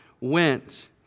went